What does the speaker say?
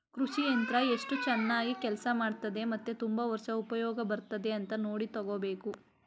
ಕೃಷಿ ಯಂತ್ರ ಎಸ್ಟು ಚನಾಗ್ ಕೆಲ್ಸ ಮಾಡ್ತದೆ ಮತ್ತೆ ತುಂಬಾ ವರ್ಷ ಉಪ್ಯೋಗ ಬರ್ತದ ಅಂತ ನೋಡಿ ತಗೋಬೇಕು